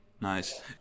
nice